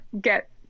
get